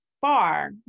far